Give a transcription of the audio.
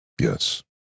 yes